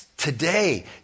Today